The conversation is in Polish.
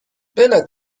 byle